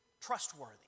trustworthy